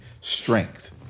strength